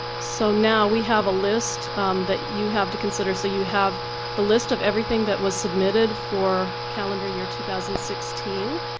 so now we have a list that you have to consider so you have the list of everything that was submitted for calendar year two thousand and sixteen.